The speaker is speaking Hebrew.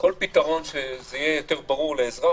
כל פתרון שזה יהיה יותר ברור לאזרח,